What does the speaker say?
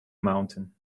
mountain